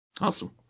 awesome